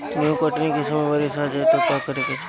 गेहुँ कटनी के समय बारीस आ जाए तो का करे के चाही?